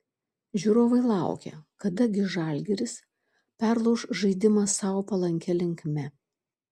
žiūrovai laukė kada gi žalgiris perlauš žaidimą sau palankia linkme